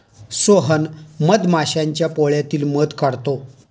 सोहन मधमाश्यांच्या पोळ्यातील मध काढतो